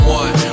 one